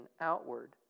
outward